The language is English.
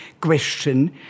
question